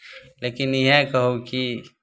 लेकिन इएह कहब कि